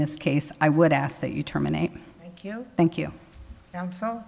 this case i would ask that you terminate thank you so